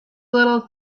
little